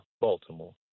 Baltimore